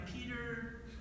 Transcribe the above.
Peter